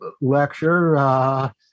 lecture